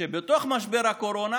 שבתוך משבר הקורונה